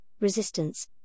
resistance